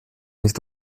nicht